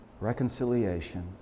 Reconciliation